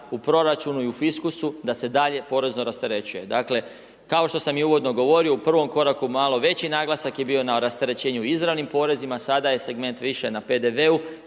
u proračunu i u fiskusu da se dalje porezno rasterećuje. Dakle kao što i sam uvodno govorio, u prvom koraku malo veći naglasak je bio na rasterećenju izravnim porezima, sada je segment više na PDV-u,